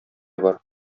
бар